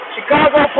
Chicago